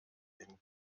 den